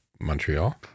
montreal